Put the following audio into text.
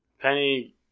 Penny